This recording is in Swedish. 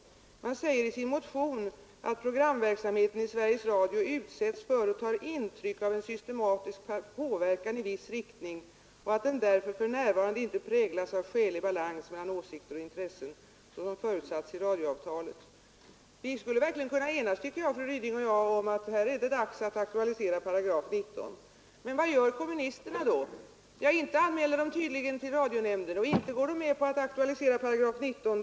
De säger i sin motion att programverksamheten i Sveriges Radio utsätts för och tar intryck av en systematisk påverkan i viss riktning och att den därför för närvarande inte präglas av skälig balans mellan åsikter och intressen, som det förutsätts i radioavtalet. Fru Ryding och jag skulle verkligen kunna enas om att det är dags att aktualisera 19 §. Men vad gör kommunisterna då? Ja, inte anmäler de till radionämnden och inte går de med på att aktualisera 19 §.